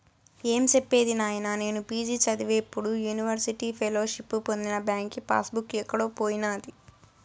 ఏం సెప్పేది నాయినా, నేను పి.జి చదివేప్పుడు యూనివర్సిటీ ఫెలోషిప్పు పొందిన బాంకీ పాస్ బుక్ ఎక్కడో పోయినాది